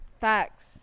Facts